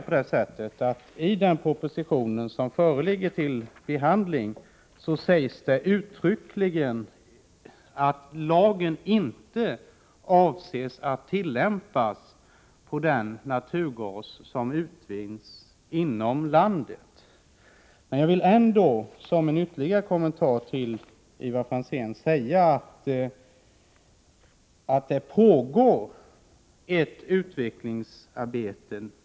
så att det i den proposition som nu är föremål för behandling uttryckligen sägs att lagen inte avses att tillämpas på den naturgas som utvinns inom landet. Men jag vill ändå som en ytterligare kommentar till Ivar Franzéns inlägg säga att det pågår ett utvecklingsarbete.